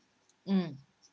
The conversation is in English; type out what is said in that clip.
mm